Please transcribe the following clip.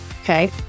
okay